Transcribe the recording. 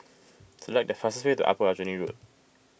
select the fastest way to Upper Aljunied Road